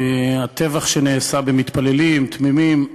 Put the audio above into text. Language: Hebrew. הטבח שנעשה במתפללים תמימים.